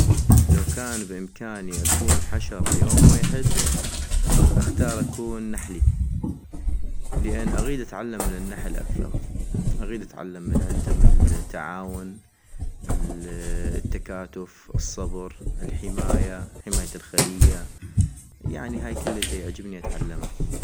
لو كان بإمكاني أكون حشرة يوم ويحد اختار اكون نحلي - لان اغيد اتعلم من النحل اكثغ، اغيد اتعلم من عندم التعاون، التكاتف ، الصبر، الحماية ، حماية الخلية ، يعني هاي كلتا يعجبني اتعلما